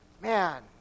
man